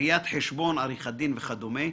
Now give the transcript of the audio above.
ראיית חשבון, עריכת דין וכדומה,